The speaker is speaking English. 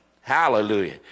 Hallelujah